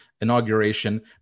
inauguration